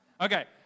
Okay